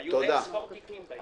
היו אין-ספור תיקים בעניין הזה.